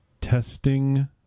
testing